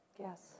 Yes